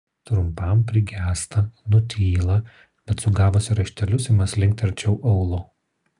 trumpam prigęsta nutyla bet sugavusi raištelius ima slinkti arčiau aulo